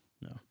no